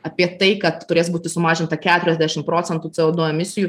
apie tai kad turės būti sumažinta keturiasdešim procentų c o du emisijų